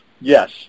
yes